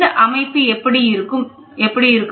இந்த அமைப்பு எப்படி இருக்கும்